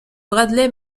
bradley